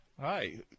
Hi